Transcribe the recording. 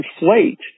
inflate